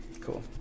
cool